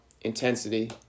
intensity